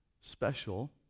special